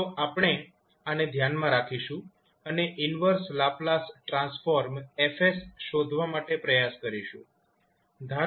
તો આપણે આને ધ્યાનમાં રાખીશું અને ઈન્વર્સ લાપ્લાસ ટ્રાન્સફોર્મ F શોધવા માટે પ્રયાસ કરીશું